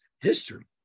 history